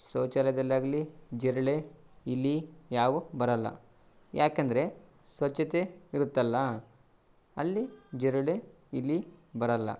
ಶೌಚಾಲಯ್ದಲ್ಲಾಗ್ಲಿ ಜಿರಳೆ ಇಲಿ ಯಾವೂ ಬರೋಲ್ಲ ಯಾಕಂದರೆ ಸ್ವಚ್ಛತೆ ಇರುತ್ತಲ್ಲ ಅಲ್ಲಿ ಜಿರಳೆ ಇಲಿ ಬರೋಲ್ಲ